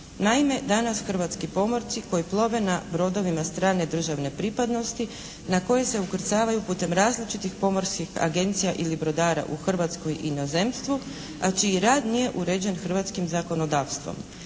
Naime danas hrvatski pomorci koji plove na brodovima strane državne pripadnosti na koje se ukrcavaju putem različitih pomorskih agencija ili brodara u Hrvatskoj i inozemstvu, a čiji rad nije uređen hrvatskim zakonodavstvom.